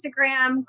Instagram